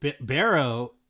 Barrow